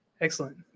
Excellent